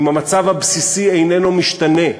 אם המצב הבסיסי איננו משתנה,